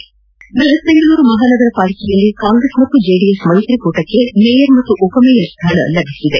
ಬ್ಬಹತ್ ಬೆಂಗಳೂರು ಮಹಾನಗರ ಪಾಲಿಕೆಯಲ್ಲಿ ಕಾಂಗ್ರೆಸ್ ಜೆಡಿಎಸ್ ಮೈತ್ರಿಕೂಟಕ್ಕೆ ಮೇಯರ್ ಹಾಗೂ ಉಪಮೇಯರ್ ಸ್ಥಾನ ಲಭಿಸಿದೆ